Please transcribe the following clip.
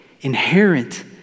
inherent